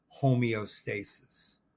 homeostasis